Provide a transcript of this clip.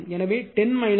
எனவே 10 1